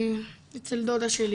אצל דודה שלי